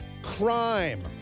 Crime